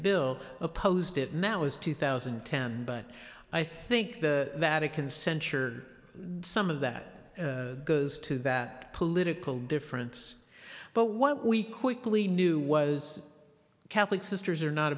bill opposed it now as two thousand and ten but i think the vatican censured some of that goes to that political difference but what we quickly knew was catholic sisters are not